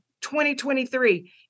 2023